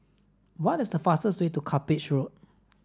what is the fastest way to Cuppage Road